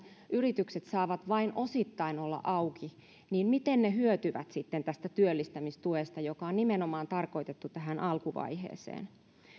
yritykset saavat vain osittain olla auki niin miten ne hyötyvät sitten tästä työllistämistuesta joka on nimenomaan tarkoitettu tähän alkuvaiheeseen